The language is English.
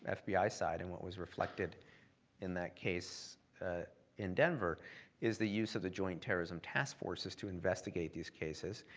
ah fbi side, and what was reflected in that case ah denver is the use of the joint terrorism task forces to investigate these cases,